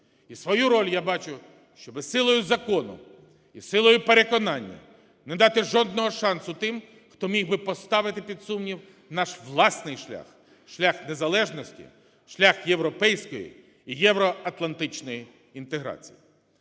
І свою я бачу, щоби силою закону, силою переконання не дати жодного шансу тим, хто міг би поставити під сумнів наш власний шлях – шлях незалежності, шлях європейської і євроатлантичної інтеграції.